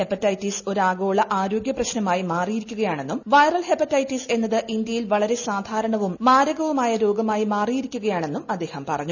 hepatitis ഒരു ആഗോള ആരോഗ്യ പ്രശ്നമായി മാറിയിരിക്കുകയാണ് എന്നും വൈറൽ ഹെപ്പറ്റൈറ്റിസ് എന്നത് ഇന്ത്യയിൽ വളരെ സാധാരണവും മാരകവുമായ രോഗമായി മാറിയിരിക്കുകയാണ് എന്നും അദ്ദേഹം പറഞ്ഞു